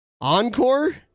Encore